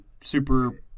super